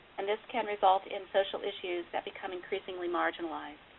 and this can result in social issues that become increasingly marginalized,